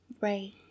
right